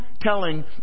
telling